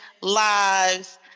lives